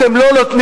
אתם לא נותנים.